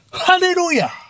Hallelujah